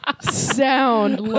Sound